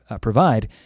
provide